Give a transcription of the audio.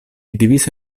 diviso